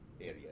area